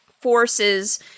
forces